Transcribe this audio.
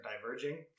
diverging